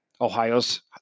Ohio's